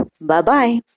Bye-bye